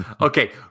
okay